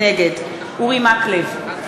נגד אורי מקלב,